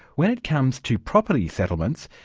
when it comes to property settlements,